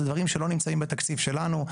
אלה דברים שלא נמצאים בתקציב שלנו.